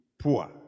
poor